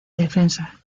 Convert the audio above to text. defensa